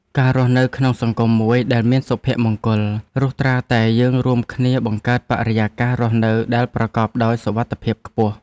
ការរស់នៅក្នុងសង្គមមួយដែលមានសុភមង្គល លុះត្រាតែពួកយើងរួមគ្នាបង្កើតបរិយាកាសរស់នៅដែលប្រកបដោយសុវត្ថិភាពខ្ពស់។